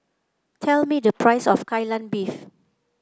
tell me the price of Kai Lan Beef